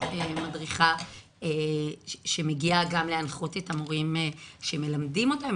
יש מדריכה שמגיעה גם להנחות את המורים שמלמדים אותה.